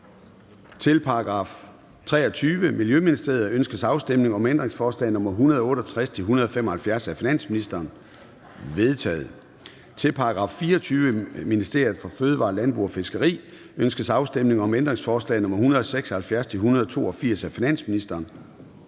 Til § 23. Miljøministeriet. Ønskes afstemning om ændringsforslag nr. 168-175 af finansministeren? De er vedtaget. Til § 24. Ministeriet for Fødevarer, Landbrug og Fiskeri. Ønskes afstemning om ændringsforslag nr. 176-182 af finansministeren?